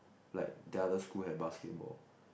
like the other school have basketball